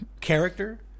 character